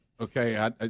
okay